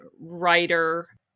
writer